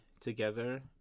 together